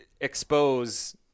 expose –